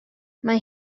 mae